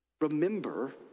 remember